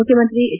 ಮುಖ್ಯಮಂತ್ರಿ ಹೆಚ್